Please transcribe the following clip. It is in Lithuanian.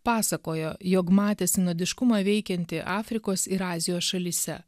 pasakojo jog matė sinodiškumą veikiantį afrikos ir azijos šalyse